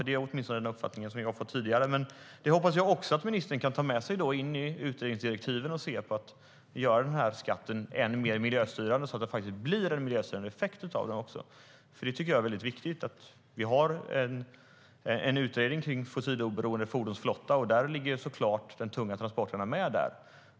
Det är åtminstone den uppfattningen som jag har fått tidigare. Jag hoppas att ministern kan ta med även det i utredningsdirektiven och göra skatten än mer miljöstyrande så att den faktiskt får en miljöstyrande effekt. Det är viktigt att vi har en utredning om fossiloberoende fordonsflotta. Och de tunga transporterna ligger såklart med där.